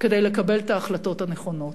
כדי לקבל את ההחלטות הנכונות.